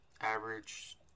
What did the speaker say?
average